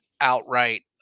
outright